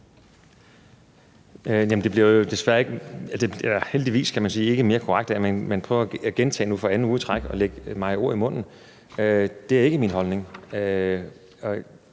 Det bliver desværre eller heldigvis, kan man sige, ikke mere korrekt af, at man prøver nu for anden uge i træk at lægge mig ord i munden. Det er ikke min holdning!